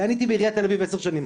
אני הייתי בעיריית תל אביב עשר שנים,